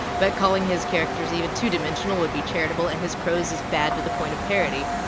but calling his characters even two-dimensional would be charitable and his prose is bad to the point of parody.